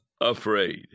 afraid